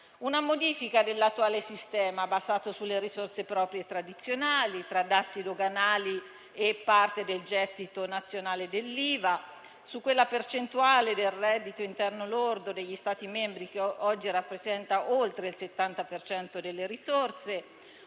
una modifica dell'attuale sistema basato sulle risorse proprie tradizionali, tra dazi doganali e parte del gettito nazionale dell'IVA su quella percentuale del reddito interno lordo degli Stati membri che oggi rappresenta oltre il 70 per cento delle risorse,